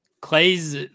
Clay's